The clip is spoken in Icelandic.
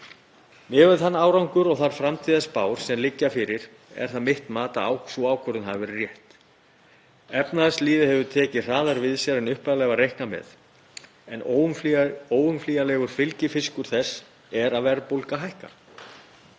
Miðað við þann árangur og þær framtíðarspár sem liggja fyrir er það mitt mat að sú ákvörðun hafi verið rétt. Efnahagslífið hefur tekið hraðar við sér en upphaflega var reiknað með en óumflýjanlegur fylgifiskur þess er að verðbólga hækkar.